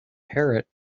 parrot